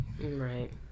Right